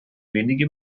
wenige